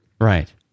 right